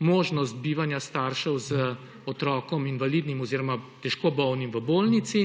možnost bivanja staršev z otrokom invalidnim oziroma težko bolnim v bolnici.